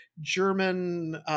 German